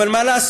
אבל מה לעשות,